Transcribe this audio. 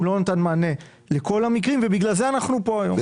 הוא לא נתן מענה לכל המקרים ובגלל זה אנחנו פה היום.